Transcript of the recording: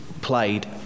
played